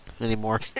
anymore